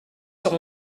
sur